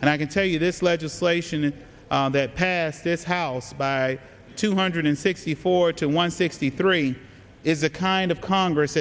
and i can tell you this legislation that passed this house by two hundred sixty four to one sixty three is the kind of congress